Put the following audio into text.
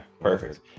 perfect